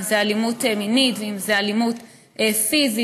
אם זה אלימות מינית ואם זה אלימות פיזית.